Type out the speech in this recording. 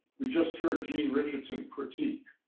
we just heard gene richardson critique.